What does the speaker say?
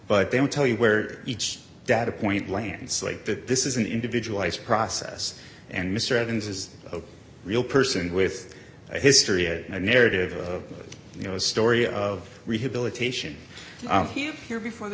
but they don't tell you where each data point lands like that this is an individualized process and mr evans is a real person with a history of a narrative of you know story of rehabilitation here here before the